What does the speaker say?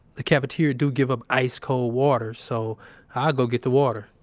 the cafeteria do give up ice cold water, so i'll go get the water.